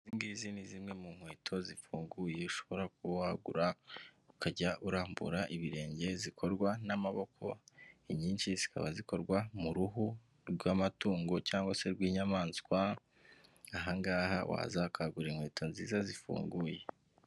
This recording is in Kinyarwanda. Izi ngizi ni zimwe mu nkweto zifunguye ushobora kuba wagura ukajya urambura ibirenge, zikorwa n'amaboko, inyinshi zikaba zikorwa mu ruhu rw'amatungo cyangwa se rw'inyamaswa, aha ngaha waza ukahagura inkweto nziza zifunguye.